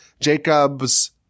Jacob's